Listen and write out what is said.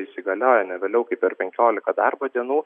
įsigalioja ne vėliau kaip per penkiolika darbo dienų